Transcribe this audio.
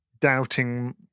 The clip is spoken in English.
doubting